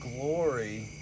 glory